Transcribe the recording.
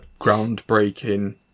groundbreaking